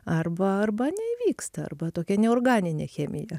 arba arba neįvyksta arba tokia neorganinė chemija